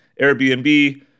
airbnb